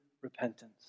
repentance